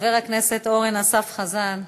חבר הכנסת אורן אסף חזן.